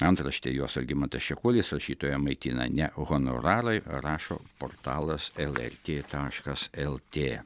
antraštę jos algimantas čekuolis rašytoją maitina ne honorarai rašo portalas lrt taškas lt